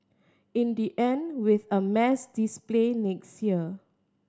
in the end with a mass display next year